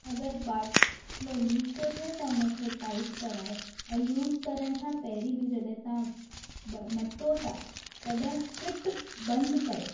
अगरि बाटलो लीक थो थिए त उन खे टाइट करायो ऐं यूस करण खां पहिरियों बि जॾहिं तव्हां ब मटो था तॾहिं फिट बंदि कयो